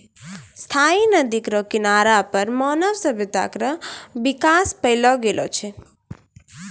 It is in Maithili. स्थायी नदी केरो किनारा पर मानव सभ्यता केरो बिकास पैलो गेलो छै